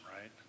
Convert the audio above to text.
right